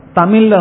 Tamil